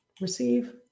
receive